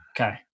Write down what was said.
okay